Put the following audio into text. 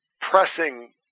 pressing